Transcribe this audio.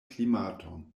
klimaton